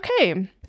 Okay